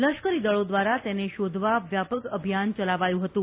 લશ્કરીદળો દ્વારા તેને શોધવા વ્યાપક અભિયાન ચલાવાયું હતું